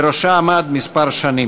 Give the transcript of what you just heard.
שבראשה עמד כמה שנים.